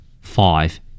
Five